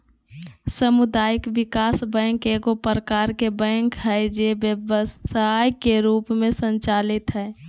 सामुदायिक विकास बैंक एगो प्रकार के बैंक हइ जे व्यवसाय के रूप में संचालित हइ